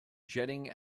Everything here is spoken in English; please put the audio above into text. jetting